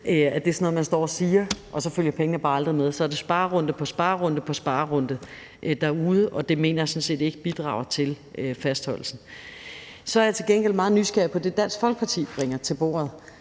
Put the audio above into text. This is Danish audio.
det er sådan noget, man står og siger, og pengene så bare aldrig følger med, og det er sparerunde på sparerunde derude, og det mener jeg sådan set ikke bidrager til fastholdelsen. Så er jeg til gengæld meget nysgerrig på det, som Dansk Folkeparti bringer til bordet.